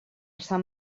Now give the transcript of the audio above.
sant